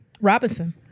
Robinson